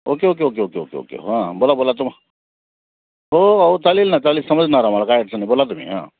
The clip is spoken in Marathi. okay okay okay okay okay okay हां बोला बोला तुम हो हो चालेल ना चालेल समजणार आम्हाला काय अडचण नाही बोला तुम्ही हां